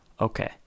Okay